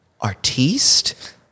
artiste